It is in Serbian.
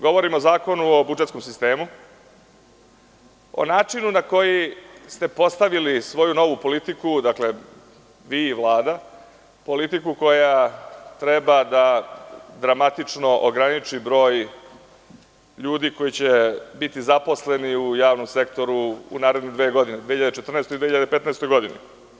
Govorimo o zakonu o budžetskom sistemu, o načinu na koji ste postavili svoju novu politiku, dakle, vi i Vlada, politiku koja treba da dramatično ograniči broj ljudi koji će biti zaposlen u javnom sektoru u naredne dve godine 2014. i 2015. godini.